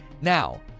Now